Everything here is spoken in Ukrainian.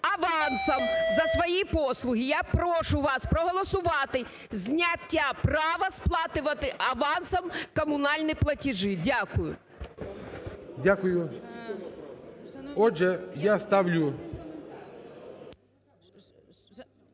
авансом за свої послуги. Я прошу вас проголосувати зняття права сплачувати авансом комунальні платежі. Дякую. ГОЛОВУЮЧИЙ. Дякую. Отже, я ставлю…